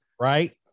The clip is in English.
Right